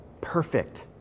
perfect